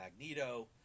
Magneto